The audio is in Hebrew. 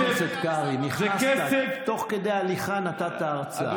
חבר הכנסת קרעי, נכנסת, תוך כדי הליכה נתת הרצאה.